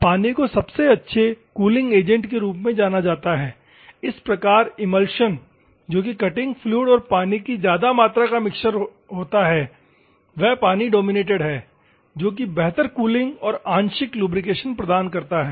पानी को सबसे अच्छे कूलिंग एजेंट के रूप में जाना जाता है इस प्रकार इमल्शन जो कि कटिंग फ्लूइड और पानी की ज्यादा मात्रा का मिश्रण होता है तो यह पानी डोमिनेटेड है जो कि बेहतर कूलिंग और आंशिक लुब्रिकेशन प्रदान करता है